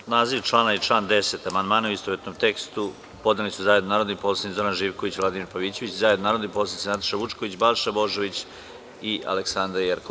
Na naziv člana i član 10. amandmane u istovetnom tekstu podneli su zajedno narodni poslanici Zoran Živković i Vladimir Pavićević i zajedno narodni poslanici Nataša Vučković, Balša Božović i Aleksandra Jerkov.